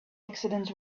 accidents